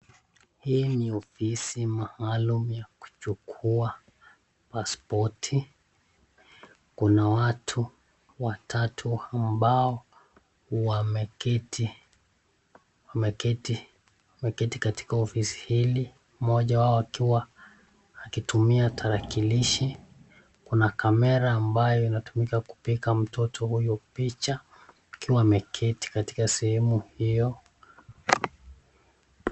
Hii ni ofisi maalum ya kuchukua paspoti . Kuna watu watatu ambao wameketi katika ofisi hili, mmoja wao akiwa akitumia tarakilishi. Kuna kamera ambayo inatumika kupiga mtoto huyu picha akiwa ameketi katika sehemu hiyo.